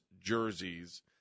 jerseys